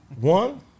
One